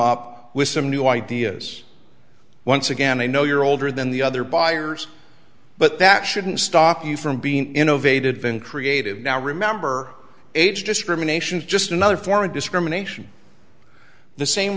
up with some new ideas once again i know you're older than the other buyers but that shouldn't stop you from being innovative and creative now remember age discrimination is just another form of discrimination the same